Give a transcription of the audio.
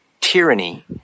tyranny